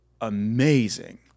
amazing